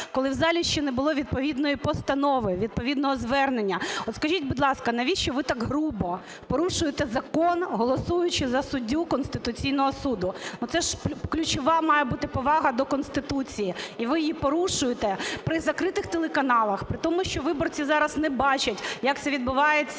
коли в залі ще не було відповідної постанови, відповідного звернення. От скажіть, будь ласка, навіщо ви так грубо порушуєте закон, голосуючи за суддю Конституційного Суду? Ну це ж ключова має бути повага до Конституції. І ви її порушуєте при закритих телеканалах. При тому, що виборці зараз не бачать як це відбувається,